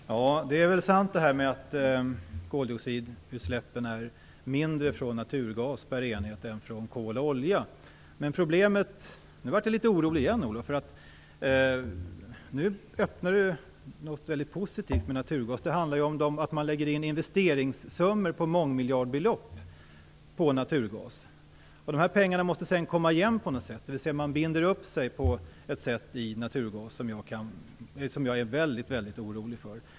Fru talman! Det är nog sant att koldioxidutsläppen är mindre per enhet från naturgas än från kol och olja. Här blev jag dock litet orolig igen, för nu tar Olof Johansson fram något väldigt positivt med naturgas. Det handlar ju om att lägga investeringssummor på mångmiljardbelopp på naturgas, och de pengarna måste sedan komma igen på något sätt. Man binder alltså upp sig på naturgas på ett sätt som jag är väldigt orolig för.